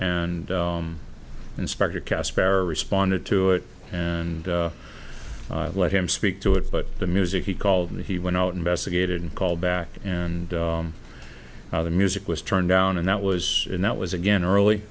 and inspector caspar responded to it and let him speak to it but the music he called and he went out investigated and called back and the music was turned down and that was and that was again early